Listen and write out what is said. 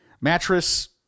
mattress